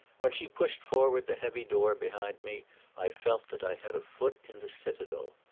when she pushed forward the heavy door behind me i felt that i had a foot in the citadel.